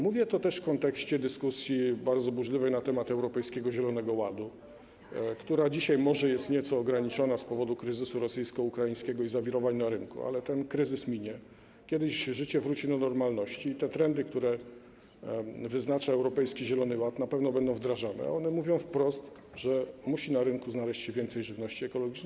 Mówię to też w kontekście bardzo burzliwej dyskusji na temat Europejskiego Zielonego Ładu, która dzisiaj może jest nieco ograniczona z powodu kryzysu rosyjsko-ukraińskiego i zawirowań na rynku, ale ten kryzys minie, kiedyś życie wróci do normalności i te trendy, które wyznaczał Europejski Zielony Ład, na pewno będą wdrażane, a one mówią wprost, że na rynku musi znaleźć się więcej żywności ekologicznej.